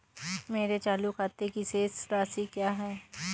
मेरे चालू खाते की शेष राशि क्या है?